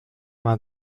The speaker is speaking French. vingt